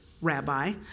Rabbi